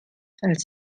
als